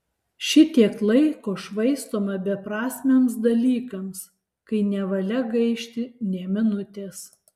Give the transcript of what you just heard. šitiek laiko švaistoma beprasmiams dalykams kai nevalia gaišti nė minutės